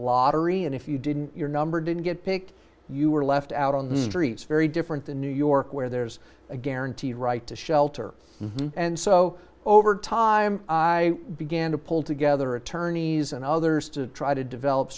lottery and if you didn't your number didn't get picked you were left out on the streets very different than new york where there's a guaranteed right to shelter and so over time i began to pull together attorneys and others to try to develop